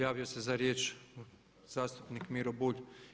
Javio se za riječ zastupnik Miro Bulj.